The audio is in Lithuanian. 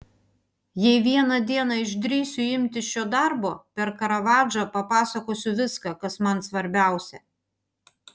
jei vieną dieną išdrįsiu imtis šio darbo per karavadžą papasakosiu viską kas man svarbiausia